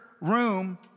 room